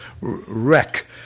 wreck